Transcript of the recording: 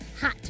hot